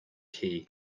key